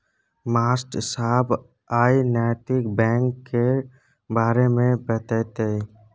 मास्साब आइ नैतिक बैंक केर बारे मे बतेतै